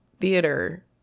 theater